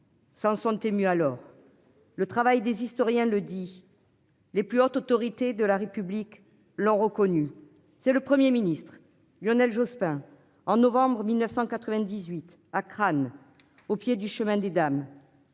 S'en sont émus. Alors le travail des historiens ne le dit. Les plus hautes autorités de la République l'ont reconnu. C'est le 1er ministre Lionel Jospin en novembre 1998 à Khan au pied du Chemin des dames.